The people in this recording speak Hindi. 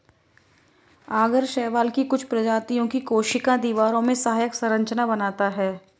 आगर शैवाल की कुछ प्रजातियों की कोशिका दीवारों में सहायक संरचना बनाता है